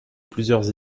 plusieurs